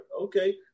Okay